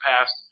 past